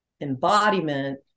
embodiment